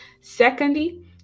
secondly